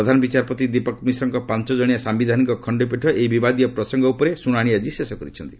ପ୍ରଧାନ ବିଚାରପତି ଦୀପକ ମିଶ୍ରଙ୍କ ପାଞ୍ଚ ଜଣିଆ ସାୟିଧାନିକ ଖଣ୍ଡପୀଠ ଏହି ବିବାଦୀୟ ପ୍ରସଙ୍ଗ ଉପରେ ଶୁଣାଣି ଆଜି ଶେଷ କରିଛନ୍ତି